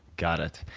got it.